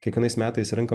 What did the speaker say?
kiekvienais metais renka